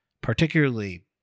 particularly